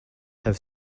have